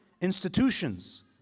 institutions